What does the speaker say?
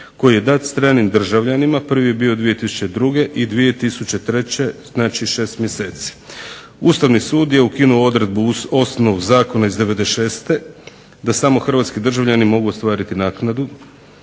koji je dat stranim državljanima, prvi je bio 2002. i 2003. znači šest mjeseci. Ustavni sud je ukinuo odredbu osnov zakona iz '96. da samo hrvatski državljani mogu ostvariti naknadu